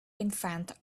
invented